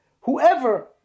Whoever